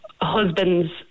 husband's